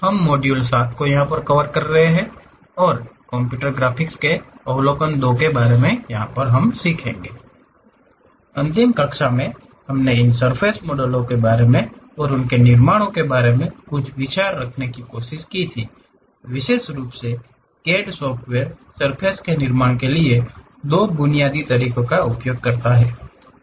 हम मॉड्यूल 7 को कवर कर रहे हैं और कंप्यूटर ग्राफिक्स के अवलोकन II के बारे में सीख रहे हैं अंतिम कक्षा में हम इन सर्फ़ेस मॉडल और उनके निर्माण के बारे में कुछ विचार करने की कोशिश की थी विशेष रूप से CAD सॉफ्टवेयर सर्फ़ेस के निर्माण के लिए दो बुनियादी तरीकों का उपयोग करता है